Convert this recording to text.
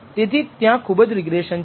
તેથી ત્યાં ખૂબ જ રિગ્રેસન છે